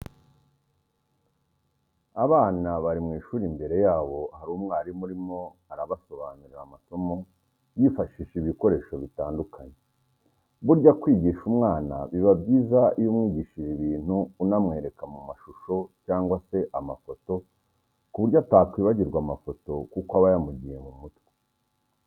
Abana bari mu ishuri imbere yabo hari umwarimu urimo arabasobanurira amasomo yifashishije ibikoresho bitandukanye. Burya kwigisha umwana biba byiza iyo umwigishije ibintu unamwereka mu mashusho cyangwa se amafoto ku buryo atakwibagirwa amafoto kuko aba yamugiye mu mutwe.